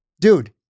dude